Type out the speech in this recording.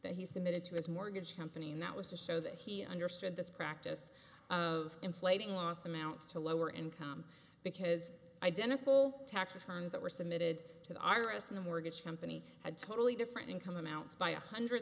that he submitted to his mortgage company and that was to show that he understood this practice of inflating loss amounts to lower income because identical tax returns that were submitted to the iris in the mortgage company had totally different income amounts by one hundred